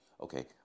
Okay